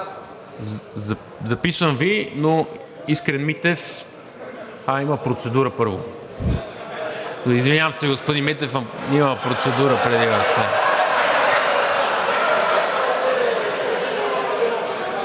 Записвам Ви, но Искрен Митев… А, има процедура първо. Извинявам се, господин Митев, но има процедура преди Вас.